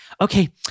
okay